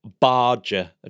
Barger